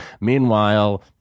Meanwhile